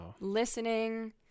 listening